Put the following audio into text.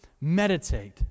meditate